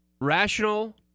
rational